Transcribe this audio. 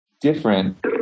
different